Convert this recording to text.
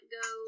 go